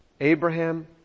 Abraham